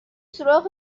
سوراخ